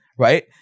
Right